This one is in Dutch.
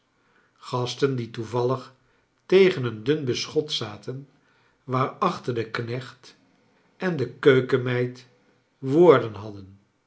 gasten die toevallig tegen een dun beschot zaten waarachter de knecht en de keukenmeid woorden hadden